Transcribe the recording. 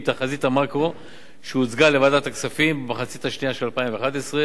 תחזית המקרו שהוצגה לוועדת הכספים במחצית השנייה של 2011,